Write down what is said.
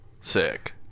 Sick